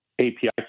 API